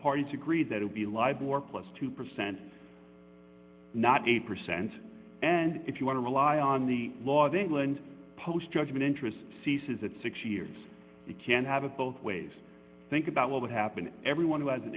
parties agreed that will be live or plus two percent not a percent and if you want to rely on the law of england post judgment interest ceases at six years you can't have it both ways think about what would happen if everyone was an